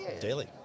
Daily